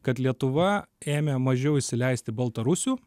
kad lietuva ėmė mažiau įsileisti baltarusių